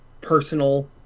personal